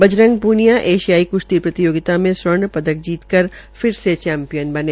बजरंग पूनिया एशियाई कुश्ती प्रतियोगिता में स्वर्ण पदक पा कर फिर से चैम्पियन बना